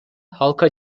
halka